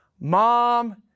Mom